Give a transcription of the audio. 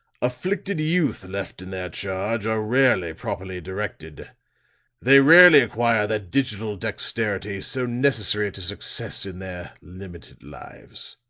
afflicted youth left in their charge are rarely properly directed they rarely acquire that digital dexterity so necessary to success in their limited lives.